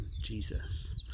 Jesus